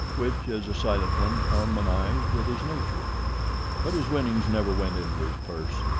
which, as a silent one, harmonised with his nature but his winnings never went into his purse,